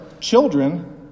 children